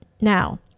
now